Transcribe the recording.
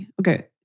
Okay